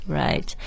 right